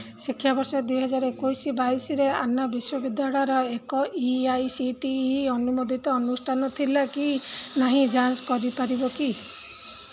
ଶିକ୍ଷାବର୍ଷ ଦୁଇ ହଜାର ଏକୋଇଶି ବାଇଶିରେ ଆନ୍ନା ବିଶ୍ୱବିଦ୍ୟାଳୟର ଏକ A I C T E ଅନୁମୋଦିତ ଅନୁଷ୍ଠାନ ଥିଲା କି ନାହିଁ ଯାଞ୍ଚ କରିପାରିବ କି